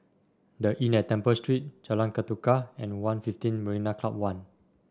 The Inn at Temple Street Jalan Ketuka and One Fifteen Marina Club One